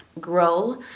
grow